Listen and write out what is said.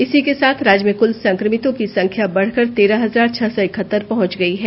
इसी के साथ राज्य में कुल संक्रमितों की संख्या बढ़कर तेरह हजार छह सौ इकहतर पहुंच गई है